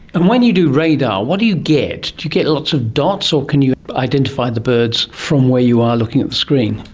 and when you do radar, what do you get? do you get lots of dots, or can you identify the birds from where you are looking at the screen?